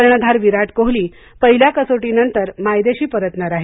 कर्णधार विराट कोहली पहिल्या कसोटीनंतर मायदेशी परतणार आहे